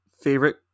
favorite